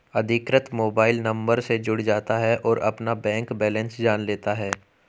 अधिकृत mobile number से जुड़ जाता है और अपना बैंक बेलेंस जान लेता है